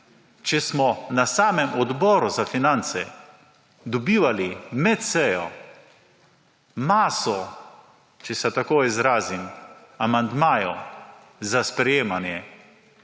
če smo na samem Odboru za finance dobivali med sejo maso, če se tako izrazim, amandmajev za sprejemanje,